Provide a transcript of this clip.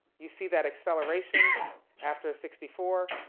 you see that acceleration yeah after sixty four,